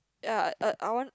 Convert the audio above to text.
ya uh I want